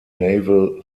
naval